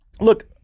look